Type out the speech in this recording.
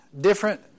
different